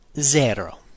zero